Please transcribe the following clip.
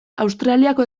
australiako